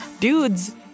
Dudes